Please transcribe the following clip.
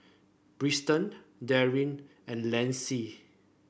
Darrien and Lyndsey